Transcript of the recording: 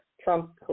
Trump